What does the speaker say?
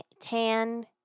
tan